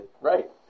right